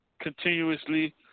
continuously